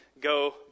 go